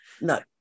No